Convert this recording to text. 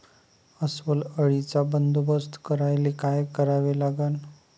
अस्वल अळीचा बंदोबस्त करायले काय करावे लागन?